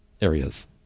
areas